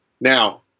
Now